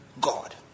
God